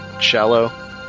Shallow